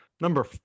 number